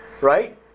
right